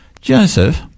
Joseph